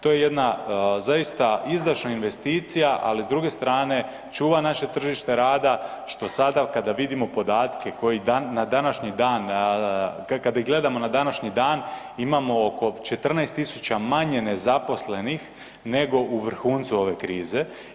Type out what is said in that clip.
To je jedna zaista izdašna investicija, ali s druge strane čuva naše tržište rada što sada kada vidimo podatke koji na današnji dan, kada ih gledamo na današnji dan imamo oko 14.000 manje nezaposlenih nego u vrhuncu ove krize.